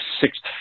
sixth